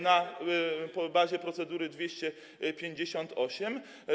na bazie procedury art. 258.